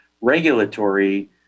regulatory